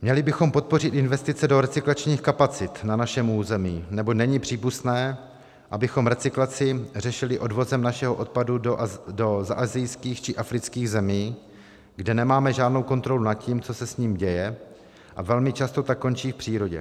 Měli bychom podpořit investice do recyklačních kapacit na našem území, neboť není přípustné, abychom recyklaci řešili odvozem našeho odpadu do zaasijských (?) či afrických zemí, kde nemáme žádnou kontrolu nad tím, co se s ním děje, a velmi často tak končí v přírodě.